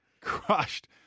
crushed